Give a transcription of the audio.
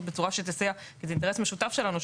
בצורה שתסייע זה אינטרס משותף שלנו,